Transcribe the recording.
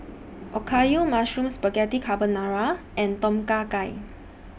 Okayu Mushroom Spaghetti Carbonara and Tom Kha Gai